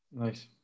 Nice